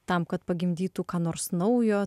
tam kad pagimdytų ką nors naujo